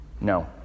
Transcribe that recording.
No